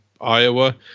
Iowa